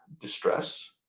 distress